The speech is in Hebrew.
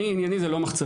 אני ענייני זה לא מחצבות,